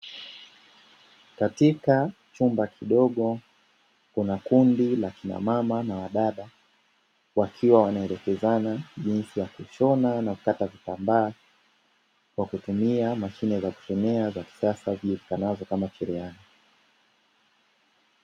Katika chumba kidogo kuna kundi la kina mama na wadada, wakiwa wanaelekezana jinsi ya kushona na kukata vitambaa kwa kutumia mashine za kushonea za kisasa zijulikanazo kama cherehani.